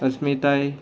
अस्मिताय